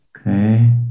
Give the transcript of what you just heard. Okay